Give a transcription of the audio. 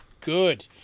good